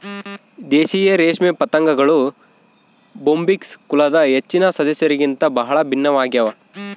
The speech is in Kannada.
ದೇಶೀಯ ರೇಷ್ಮೆ ಪತಂಗಗಳು ಬೊಂಬಿಕ್ಸ್ ಕುಲದ ಹೆಚ್ಚಿನ ಸದಸ್ಯರಿಗಿಂತ ಬಹಳ ಭಿನ್ನವಾಗ್ಯವ